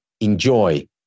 enjoy